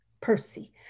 Percy